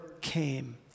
came